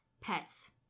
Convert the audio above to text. Pets